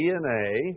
DNA